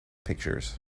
pictures